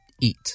eat